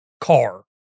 car